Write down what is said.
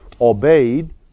obeyed